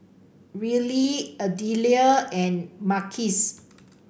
Arely Idella and Marquis